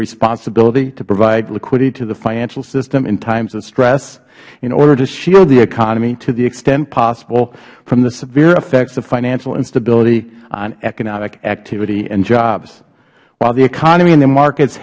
responsibility to provide liquidity to the financial system in times of stress in order to shield the economy to the extent possible from the severe effects of financial instability on economic activity and jobs while the economy and the market